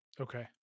Okay